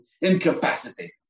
incapacitated